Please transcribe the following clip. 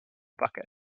bucket